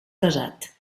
pesat